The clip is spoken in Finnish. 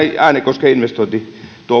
äänekosken investointi